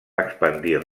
expandir